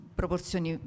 proporzioni